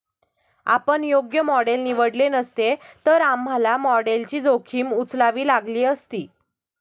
आपण योग्य मॉडेल निवडले नसते, तर आम्हाला मॉडेलची जोखीम उचलावी लागली असती